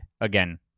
again